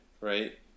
right